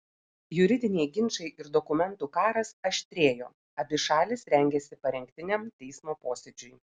juridiniai ginčai ir dokumentų karas aštrėjo abi šalys rengėsi parengtiniam teismo posėdžiui